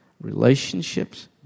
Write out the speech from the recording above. relationships